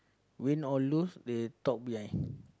win or lose they talk behind